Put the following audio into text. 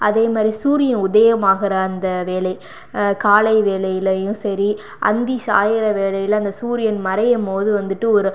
அதே மாதிரி சூரியன் உதயமாகிற அந்த வேளை காலை வேளையிலேயும் சரி அந்தி சாயிற வேளையில் அந்த சூரியன் மறையும் போது வந்துட்டு ஒரு